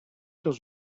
dans